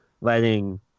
letting